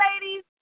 ladies